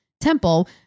temple